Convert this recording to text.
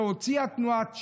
שהוציאה תנועת ש"ס,